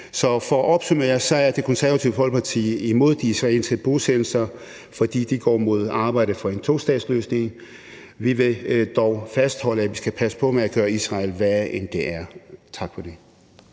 Så for at opsummere er Det Konservative Folkeparti imod de israelske bosættelser, fordi de går imod arbejdet for en tostatsløsning, men vi vil dog fastholde, at vi skal passe på med at gøre Israel værre, end de er. Tak for ordet.